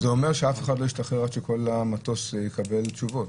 זה אומר שאף אחד לא ישתחרר עד שכל המטוס יקבל תשובות.